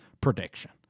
prediction